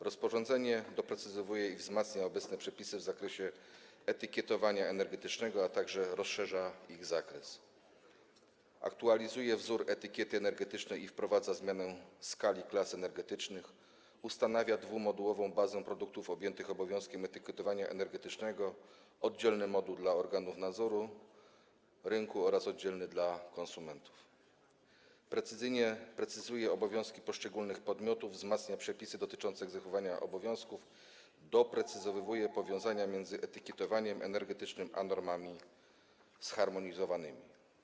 Rozporządzenie doprecyzowuje i wzmacnia obecne przepisy w zakresie etykietowania energetycznego, a także rozszerza ich zakres, aktualizuje wzór etykiety energetycznej i wprowadza zmianę skali klas energetycznych, ustanawia dwumodułową bazę produktów objętych obowiązkiem etykietowania energetycznego - oddzielny moduł dla organów nadzoru rynku oraz oddzielny dla konsumentów, precyzuje obowiązki poszczególnych podmiotów, wzmacnia przepisy dotyczące egzekwowania obowiązków, doprecyzowuje powiązania między etykietowaniem energetycznym a normami zharmonizowanymi.